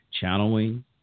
channeling